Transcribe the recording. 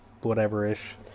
whatever-ish